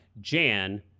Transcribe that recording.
Jan